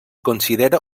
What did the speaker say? considera